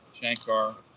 Shankar